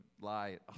lie